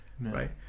right